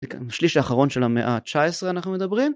שליש האחרון של המאה ה-19 אנחנו מדברים